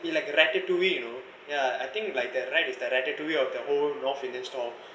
it like a ratatouille you know yeah I think like that ratatouille of the whole north indian stall